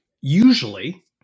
usually